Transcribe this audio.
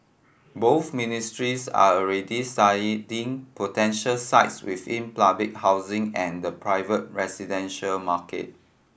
both ministries are already studying potential sites within public housing and the private residential market